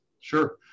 Sure